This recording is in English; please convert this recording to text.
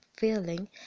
feeling